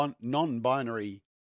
Non-Binary